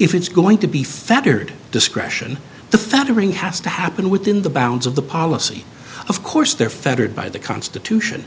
if it's going to be factored discretion the factoring has to happen within the bounds of the policy of course they're fettered by the constitution